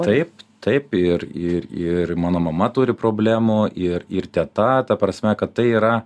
taip taip ir ir ir mano mama turi problemų ir ir teta ta prasme kad tai yra